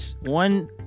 one